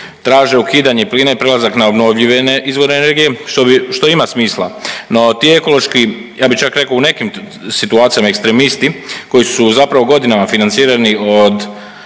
traže ukidanje plina i prelazak na obnovljive izvore energije, što ima smisla, no ti ekološki, ja bih čak rekao u nekim situacijama, ekstremisti, koji su zapravo godinama financirani od